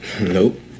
Nope